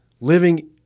living